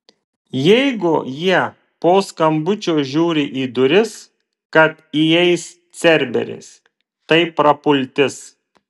jeigu jie po skambučio žiūri į duris kad įeis cerberis tai prapultis